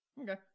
Okay